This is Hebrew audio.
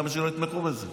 למה שלא יתמכו בזה?